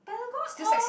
pentagon all